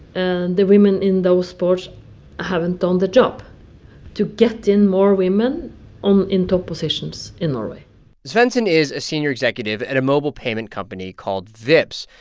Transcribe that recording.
and the women in those boards haven't done the job to get in more women um in top positions in norway svendsen is a senior executive at a mobile payment company called vipps,